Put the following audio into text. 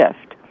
shift